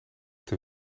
ter